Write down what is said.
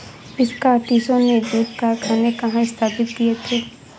स्कॉटिशों ने जूट कारखाने कहाँ स्थापित किए थे?